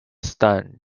stunned